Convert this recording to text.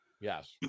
Yes